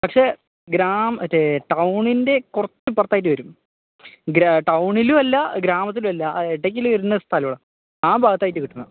പക്ഷെ ഗ്രാമം മറ്റേ ടൗണിൻ്റെ കുറച്ചു പുറത്തായിട്ട് വരും ടൗണിലുമല്ല ഗ്രാമത്തിലുമല്ല ആ ഇടയിൽ വരുന്ന സ്ഥലമാണ് ആ ഭാഗത്തായിട്ട് കിട്ടണം